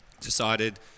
decided